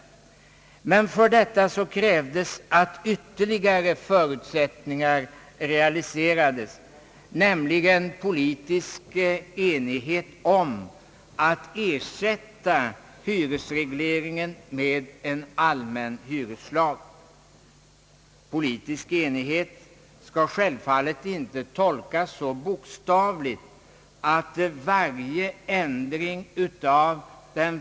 Men för detta krävdes att ytterligare förutsättningar realiserades, nämligen politisk enighet om att ersätta hyresregleringen med en allmän hyreslag. Politisk enighet skall inte tolkas så bokstavligt, att varje ändring av pro Ang.